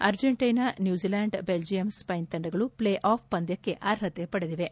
Argentina New Zealand Belgium Spain ತಂಡಗಳು play off ಪಂದ್ಯಕ್ಕೆ ಅರ್ಹತೆ ಪಡೆದಿವೆ